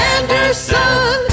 Anderson